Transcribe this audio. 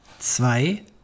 zwei